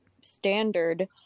standard